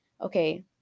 Okay